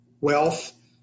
wealth